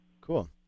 Cool